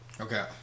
Okay